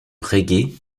reggae